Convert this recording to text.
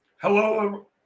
Hello